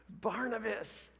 Barnabas